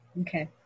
Okay